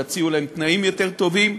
יציעו להם תנאים יותר טובים.